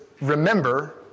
Remember